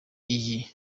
iyi